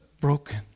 broken